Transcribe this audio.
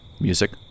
Music